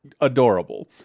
adorable